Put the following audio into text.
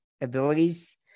abilities